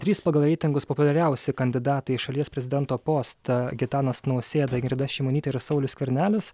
trys pagal reitingus populiariausi kandidatai į šalies prezidento postą gitanas nausėda ingrida šimonytė ir saulius skvernelis